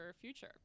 future